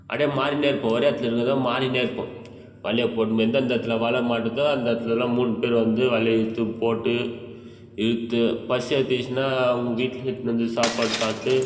அப்டேயே மாறின்னே இருப்போம் ஒரே இடத்துல இல்லாத மாறின்னே இருப்போம் வலையை போட்டுன்னு எந்தெந்த இடத்துல வலை மாட்டுதோ அந்த இடத்துலலாம் மூணு பேரும் வந்து வலையை இழுத்து போட்டு இழுத்து பசி எடுத்துச்சுன்னால் அவங்கவுங்க வீட்லேருந்து எடுத்துகிட்டு வந்த சாப்பாடை சாப்பிட்டு